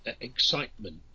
excitement